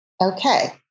Okay